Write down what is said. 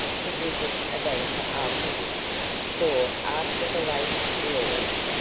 to visit a banker afterwards for, after the late experience,